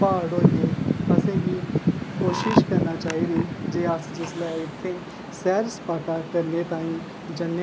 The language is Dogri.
प्हाड़ होई गे असें गी कोशिश करना चाहिदी कि जे अस इत्थें सैर सपाटा करने गी जन्ने आं तां